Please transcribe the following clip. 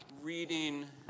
reading